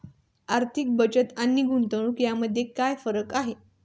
आर्थिक बचत आणि गुंतवणूक यामध्ये काय फरक आहे?